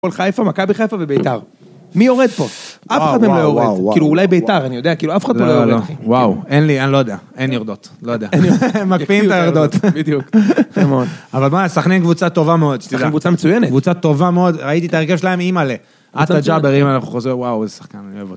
כל חיפה, מכבי חיפה וביתר. מי יורד פה? אף אחד מהם לא יורד. כאילו אולי ביתר, אני יודע, כאילו אף אחד פה לא יורד. וואו, אין לי, אני לא יודע. אין ירדות. לא יודע. מקפיאים את הירדות. בדיוק. אבל מה, סכנין קבוצה טובה מאוד. סכנין קבוצה מצוינת. קבוצה טובה מאוד, ראיתי את ההרכב שלהם, אימלה. עטאא ג'אבר, אם היה חוזר, וואו, איזה שחקן, אני אוהב אותו.